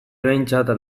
behintzat